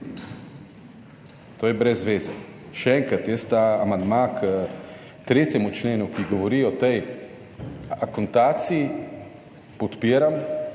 To je brez veze. Še enkrat, jaz ta amandma k 3. členu, ki govori o tej akontacij podpiram,